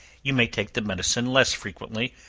you may take the medicine less frequently,